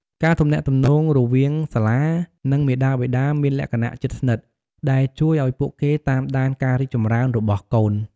ការទំនាក់ទំនងរវាងសាលា និងមាតាបិតាមានលក្ខណៈជិតស្និទ្ធ ដែលជួយឱ្យពួកគេតាមដានការរីកចម្រើនរបស់កូន។